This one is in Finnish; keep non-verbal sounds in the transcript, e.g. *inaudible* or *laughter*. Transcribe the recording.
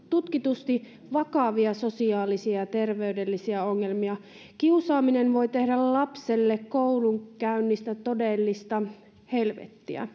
tutkitusti vakavia sosiaalisia ja terveydellisiä ongelmia kiusaaminen voi tehdä lapselle koulunkäynnistä todellista helvettiä *unintelligible*